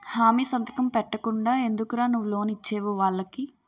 హామీ సంతకం పెట్టకుండా ఎందుకురా నువ్వు లోన్ ఇచ్చేవు వాళ్ళకి